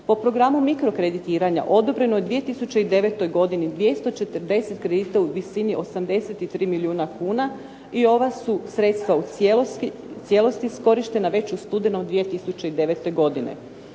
Po programu mikro kreditiranja odobreno je u 2009. godini 240 kredita u visini 83 milijuna kuna i ova su sredstva u cijelosti iskorištena već u studenom 2009. godine.